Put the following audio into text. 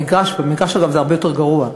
במגרש זה הרבה יותר גרוע,